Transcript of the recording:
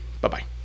bye-bye